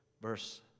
Verse